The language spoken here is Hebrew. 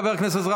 חבר הכנסת רז,